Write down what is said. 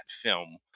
film